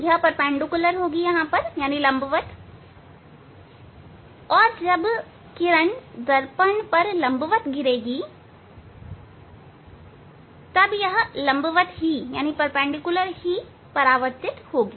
यह लंबवत होगी या किरण दर्पण पर लंबवत गिरेगी और तब यह लंबवत ही परावर्तित होगी